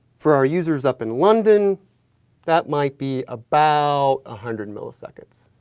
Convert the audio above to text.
for our users up in london that might be about a hundred milliseconds.